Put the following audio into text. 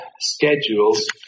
schedules